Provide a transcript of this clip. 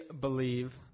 believe